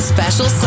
Special